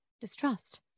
distrust